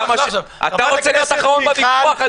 אתה רוצה להיות אחרון בוויכוח?